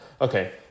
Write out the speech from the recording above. okay